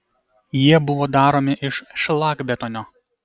jie buvo daromi iš šlakbetonio